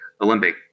Olympic